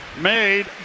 made